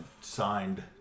signed